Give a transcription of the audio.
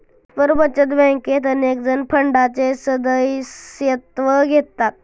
परस्पर बचत बँकेत अनेकजण फंडाचे सदस्यत्व घेतात